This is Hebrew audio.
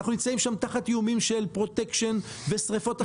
אנחנו נמצאים שם תחת איומים של פרוטקשיין ושריפות עסקים,